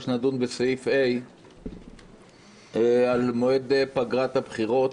שנדון בסעיף ה על מועד פגרת הבחירות.